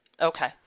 Okay